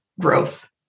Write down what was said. growth